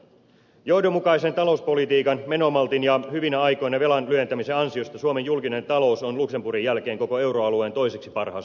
johdonmukaisen talouspolitiikan menomaltin ja hyvinä aikoina velan lyhentämisen ansiosta suomen julkinen talous on luxemburgin jälkeen koko euroalueen toiseksi parhaassa kunnossa